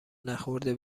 نخورده